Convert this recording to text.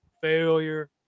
failure